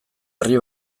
herri